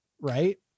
right